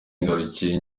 ngarukiye